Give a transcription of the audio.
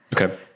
Okay